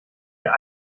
ihr